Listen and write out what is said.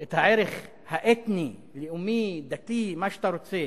את הערך האתני-לאומי-דתי, מה שאתה רוצה,